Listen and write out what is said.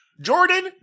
Jordan